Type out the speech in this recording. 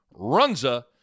Runza